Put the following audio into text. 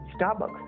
Starbucks